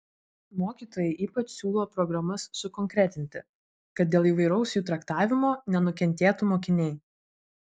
mokytojai ypač siūlo programas sukonkretinti kad dėl įvairaus jų traktavimo nenukentėtų mokiniai